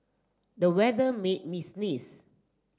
the weather made me sneeze